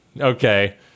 Okay